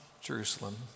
Jerusalem